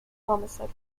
homicide